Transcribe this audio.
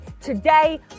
today